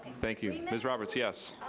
thank you, miss roberts. yes,